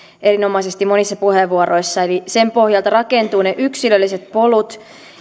erinomaisesti monissa puheenvuoroissa eli sen pohjalta rakentuvat ne yksilölliset polut